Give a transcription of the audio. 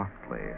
softly